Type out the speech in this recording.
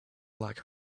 lack